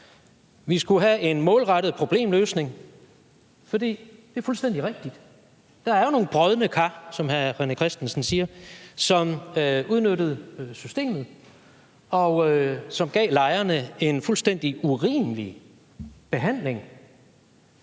Vi skulle have en målrettet problemløsning, for det er fuldstændig rigtigt, der er jo nogle brodne kar, som hr. René Christensen siger, som udnyttede systemet, og som gav lejerne en fuldstændig urimelig behandling